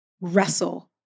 wrestle